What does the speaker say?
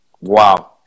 Wow